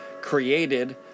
created